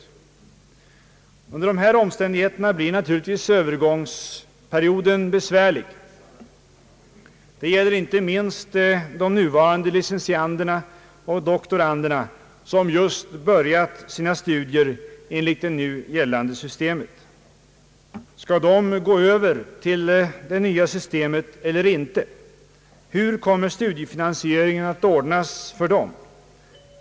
Under dessa omständigheter blir naturligtvis Öövergångsperioden besvärlig. Det gäller inte minst de nuvarande licentianderna och doktoranderna som just börjat sina studier enligt det nu gällande systemet. Skall de gå över till det nya systemet eller inte? Hur kommer studiefinansieringen att ordnas för dem?